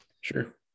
Sure